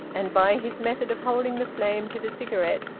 and by his method of holding the flame to the cigarette,